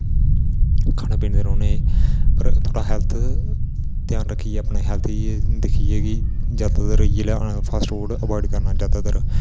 खाने पीने रौंहने पर थोह्ड़ा हैल्थ घ्यान रक्खियै अपनी हैल्थ गी दिक्खियै कि ज्यादातर इयै जेहा फास्टफूड अवाइड करना ज्यादातर